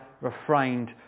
refrained